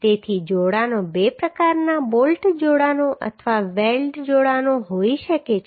તેથી જોડાણો બે પ્રકારના બોલ્ટ જોડાણો અથવા વેલ્ડ જોડાણો હોઈ શકે છે